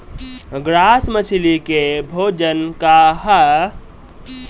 Grass मछली के भोजन का ह?